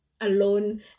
alone